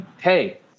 hey